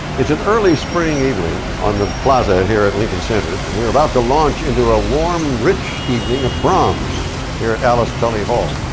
it's an early spring evening on the plaza here at lincoln center and we're about to launch into a warm rich evening of brahms here at alice tully hall.